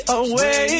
away